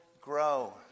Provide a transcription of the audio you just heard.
grow